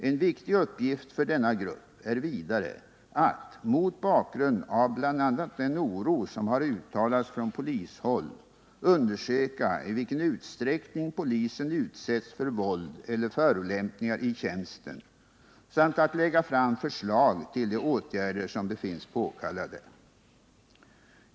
En viktig uppgift för denna grupp är vidare att, mot bakgrund av bl.a. den oro som har uttalats från polishåll, undersöka i vilken utsträckning polisen utsätts för våld eller förolämpningar i tjänsten samt att lägga fram förslag till de åtgärder som befinns påkallade.